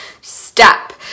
step